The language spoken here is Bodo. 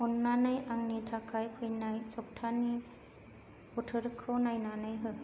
अन्नानै आंनि थाखाय फैनाय सप्ताहनि बोथोरखौ नायनानै हो